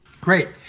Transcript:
Great